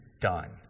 done